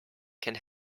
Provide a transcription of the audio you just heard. can